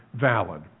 valid